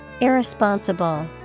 Irresponsible